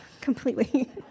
completely